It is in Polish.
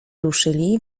ruszyli